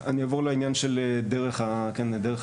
אני אעבור לעניין של דרך החקיקה.